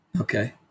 Okay